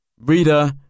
Reader